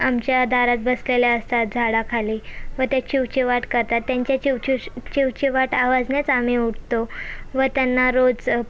आमच्या दारात बसलेल्या असतात झाडाखाली व ते चिवचिवाट करतात त्यांची चिवचिव चिवचिवाट आवाजानेच आम्ही उठतो व त्यांना रोज